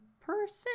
person